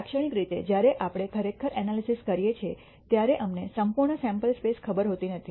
લાક્ષણિક રીતે જ્યારે આપણે ખરેખર ઍનાલિસિસ કરીએ છીએ ત્યારે અમને સંપૂર્ણ સૈમ્પલ સ્પેસ ખબર હોતી નથી